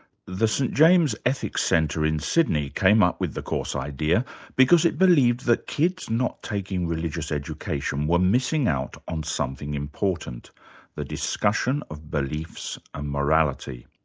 the st james ethics centre in sydney came up with the course idea because it believed that kids not taking religious education were missing out on something important the discussion of beliefs and morality.